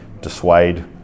dissuade